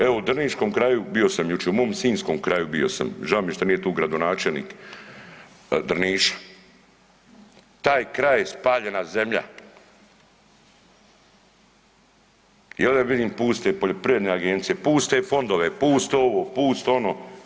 Evo u drniškom kraju, bio sam jučer u mom sinjskom kraju bio sam, žao mi je što nije tu gradonačelnik Drniša, taj kraj je spaljena zemlja i onda vidim puste poljoprivredne agencije, puste fondove, puto ovo, pusto ono.